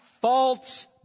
false